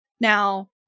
Now